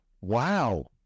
Wow